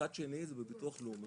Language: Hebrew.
מס"ד שני זה בביטוח לאומי,